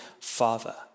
Father